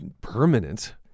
permanent